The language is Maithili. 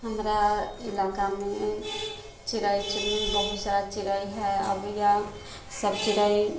हमरा इलाकामे चिड़ै चुनमुनी बहुत सारा चिड़ै हइ अबैए सब चिड़ै